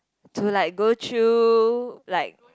to like go through like